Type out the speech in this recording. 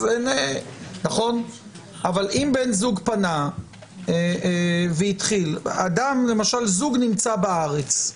אבל אם בן זוג פנה והתחיל למשל, זוג נמצא בארץ,